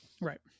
right